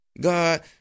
God